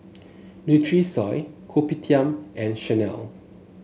Nutrisoy Kopitiam and Chanel